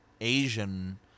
Asian